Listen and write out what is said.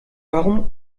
warum